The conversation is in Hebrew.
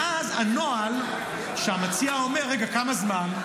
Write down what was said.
ואז הנוהל הוא שהמציע אומר: רגע, כמה זמן?